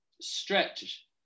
stretch